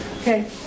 Okay